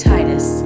Titus